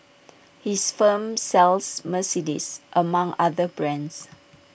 his firm sells Mercedes among other brands